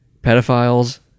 pedophiles